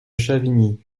chavigny